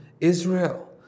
Israel